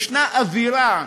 יש אווירה,